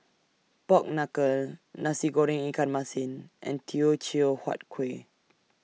Pork Knuckle Nasi Goreng Ikan Masin and Teochew Huat Kueh